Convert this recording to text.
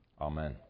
Amen